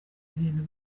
ibintu